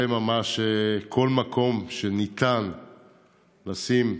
בכל מקום שניתן לשים,